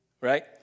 right